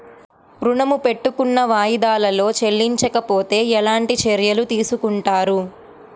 ఋణము పెట్టుకున్న వాయిదాలలో చెల్లించకపోతే ఎలాంటి చర్యలు తీసుకుంటారు?